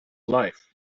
life